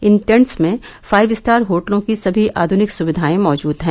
इन tent में five star होटलों की सभी आधुनिक सुविधाएं मौजूद है